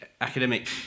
academic